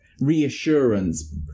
reassurance